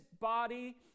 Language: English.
body